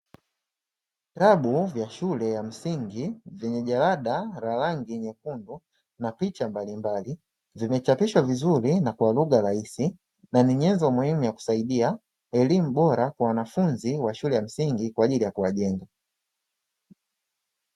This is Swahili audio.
Vitabu vya shule ya msingi vyenye jalada la rangi nyekundu na picha mbalimbali zimechapishwa vizuri na kwa lugha rahisi na ni nyenzo muhimu ya kusaidia elimu bora kwa wanafunzi wa shule ya msingi kwa ajili ya kuwajenga.